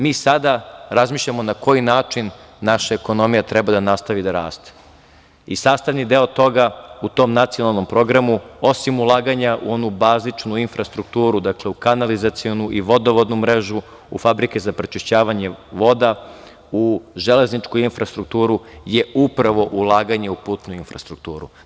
Mi sada razmišljamo na koji način naša ekonomija treba da nastavi da raste i sastavni deo toga u tom nacionalnom programu, osim ulaganja u onu bazičnu infrastrukturu, dakle, u kanalizacionu i vodovodnu mrežu, u fabrike za prečišćavanje voda, u železničku infrastrukturu je upravo ulaganje u putnuinfrastrukturu.